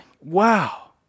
wow